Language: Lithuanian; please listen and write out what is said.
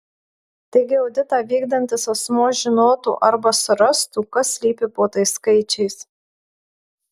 taigi auditą vykdantis asmuo žinotų arba surastų kas slypi po tais skaičiais